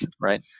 right